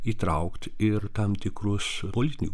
įtraukti ir tam tikrus politinius